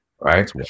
right